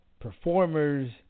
performers